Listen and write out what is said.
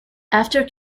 after